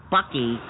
Bucky